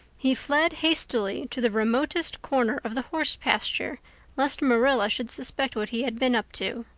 he fled hastily to the remotest corner of the horse pasture lest marilla should suspect what he had been up to.